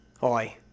Hi